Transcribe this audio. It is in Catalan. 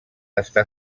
està